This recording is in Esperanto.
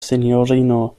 sinjorino